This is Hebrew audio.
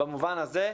במובן הזה,